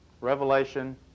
revelation